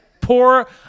poor